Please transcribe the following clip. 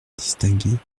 distingués